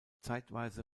zeitweise